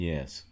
Yes